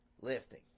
lifting